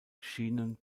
schienen